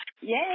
yay